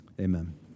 Amen